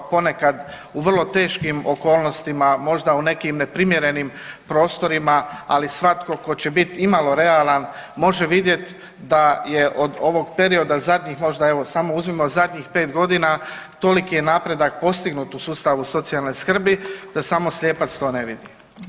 Ponekad u vrlo teškim okolnostima, možda u nekim neprimjerenim prostorima, ali svatko tko će biti i malo realan može vidjeti da je od ovog perioda zadnjeg možda evo samo uzmimo zadnjih pet godina toliki je napredak postignut u sustavu socijalne skrbi da samo slijepac to ne vidi.